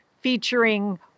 featuring